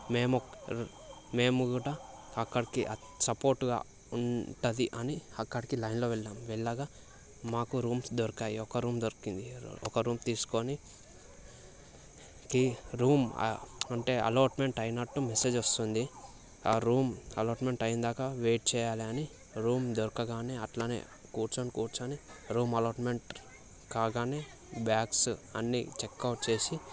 మేము మేము కూడా అక్కడికి సపోర్టుగా ఉంటుంది అని అక్కడికి లైన్లో వెళ్ళాం వెళ్ళగా మాకు రూమ్స్ దొరికాయి ఒక రూమ్ దొరికింది ఒక రూమ్ తీసుకొని అట్లానే కి రూమ్ అంటే అలాట్మెంట్ అయినట్టు మెసేజ్ వస్తుంది ఆ రూమ్ అలాట్మెంట్ అయ్యేదాకా వెయిట్ చేయాలి అని రూమ్ దొరకాగానే అట్లానే కూర్చొని కూర్చొని రూమ్ అలాట్మెంట్ కాగానే బ్యాగ్స్ అన్నీ చెక్అవుట్ చేసి